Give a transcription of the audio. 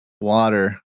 Water